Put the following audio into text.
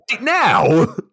now